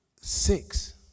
Six